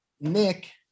Nick